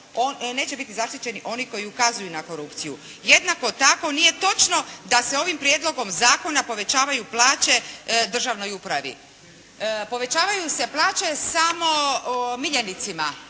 neće biti zaštićeni oni koji ukazuju na korupciju. Jednako tako nije točno da se ovim prijedlogom zakona povećavaju plaće državnoj upravi. Povećavaju se plaće samo miljenicima